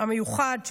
המיוחד,